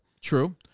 True